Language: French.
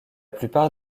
plupart